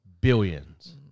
Billions